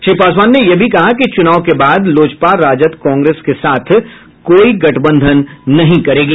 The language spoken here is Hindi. श्री पासवान ने यह भी कहा कि चूनाव के बाद लोजपा राजद कांग्रेस के साथ कोई गठबंधन नहीं करेगी